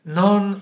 non